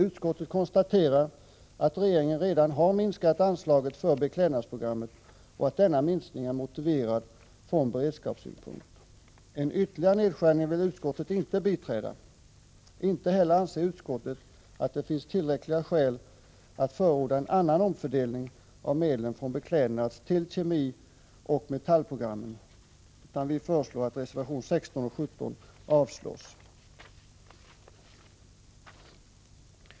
Utskottet konstaterar att regeringen redan har minskat anslaget för beklädnadsprogrammet och att denna minskning är motiverad från beredskapssynpunkt. En ytterligare nedskärning vill utskottet inte biträda. Inte heller anser utskottet att det finns tillräckliga skäl att förorda en omfördelning av medlen från Beklädnadstill Kemioch Metallprogrammen, utan vi föreslår att reservationerna 16 och 17 avslås.